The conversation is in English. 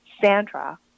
Sandra